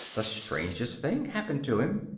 the strangest thing happened to him.